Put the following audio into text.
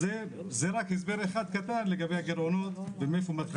זה רק הסבר אחד קטן לגבי הגירעונות ומאיפה הוא מתחיל.